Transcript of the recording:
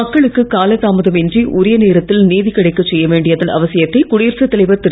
மக்களுக்கு கால தாமதம் இன்றி உரிய நேரத்தில் நீதி கிடைக்க செய்ய வேண்டியதன் அவசியத்தை குடியரசுத் தலைவர் திரு